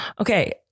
Okay